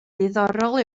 ddiddorol